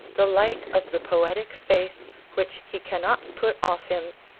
the light of the poetic faith which he cannot put off him,